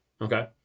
Okay